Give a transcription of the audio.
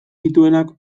dituenak